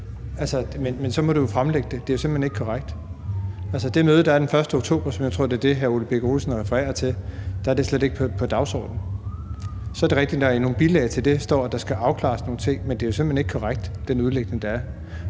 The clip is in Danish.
Altså, så må du jo fremlægge det, for det er simpelt hen ikke korrekt. På det møde, der er den 1. oktober, som jeg tror er det, hr. Ole Birk Olesen refererer til, er det slet ikke på dagsordenen. Så er det rigtigt, at der i nogle bilag til det står, at der skal afklares nogle ting, men den udlægning, der gives, er jo